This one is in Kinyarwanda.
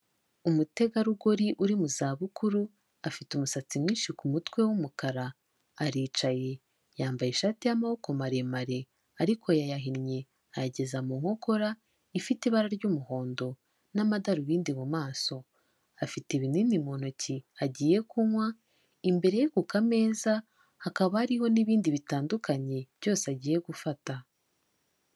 Umutegarugori uri mu zabukuru afite umusatsi mwinshi ku mutwe w'umukara aricaye, yambaye ishati y'amaboko maremare ariko yayahinnye ayageza mu nkokora, ifite ibara ry'umuhondo n'amadarubindi mu maso, afite ibinini mu ntoki agiye kunywa, imbere ye ku kameza hakaba hariho n'ibindi bitandukanye byose agiye gufata.